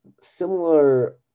similar